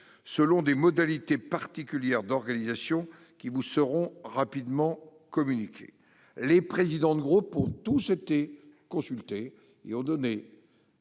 selon des modalités particulières d'organisation qui vous seront rapidement communiquées. Les présidents de groupe ont été consultés et ont donné